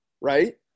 right